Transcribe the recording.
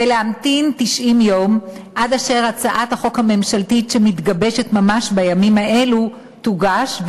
ולהמתין 90 יום עד אשר הצעת החוק הממשלתית שמתגבשת ממש בימים האלה תוגש,